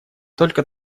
только